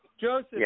Joseph